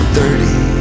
Thirty